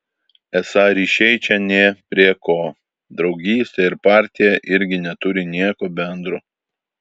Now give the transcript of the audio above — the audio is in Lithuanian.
esą ryšiai čia nė prie ko draugystė ir partija irgi neturi nieko bendro